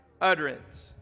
utterance